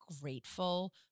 grateful